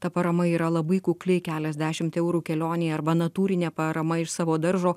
ta parama yra labai kukliai keliasdešimt eurų kelionei arba natūrinė parama iš savo daržo